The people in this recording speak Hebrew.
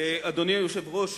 אדוני היושב-ראש,